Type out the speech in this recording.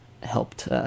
helped